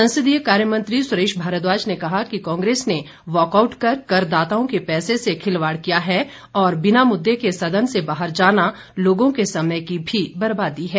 संसदीय कार्य मंत्री सुरेश भारद्वाज ने कहा कि कांग्रेस ने वॉकआउट कर करदाताओं को पैसे से खिलवाड़ किया है और बिना मुद्दे के सदन से बाहर जाना लोगों के समय की भी बर्बादी है